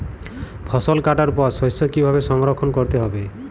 ফসল কাটার পর শস্য কীভাবে সংরক্ষণ করতে হবে?